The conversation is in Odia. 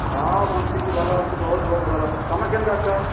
ହଁ ବଞ୍ଚିଛି ଭଲ ଅଛି ବହୁତ ବହୁତ ଭଲ ତୁମେ କେମିତି ଅଛ